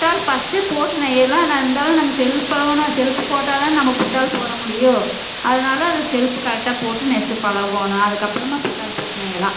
புட்டால் first போட்டு நெய்யலாம் ஆனால் இருந்தாலும் நம்ம செல்ப் பழகணும் செல்ப் போட்ட தான் நம்ம புட்டால் போட முடியும் அதனால் அந்த செல்ப் கரெக்டாக போட்டு நெஸ்சு பழகணும் அதுக்கு அப்பறமாக புட்டால் போட்டு நெய்யலாம்